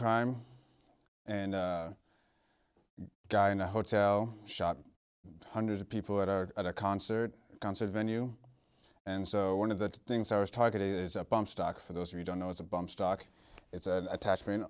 crime and guy in a hotel shot hundreds of people at a at a concert concert venue and so one of the things i was target is a bum stock for those who don't know it's a bum stock it's an attachment